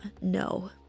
no